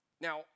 Now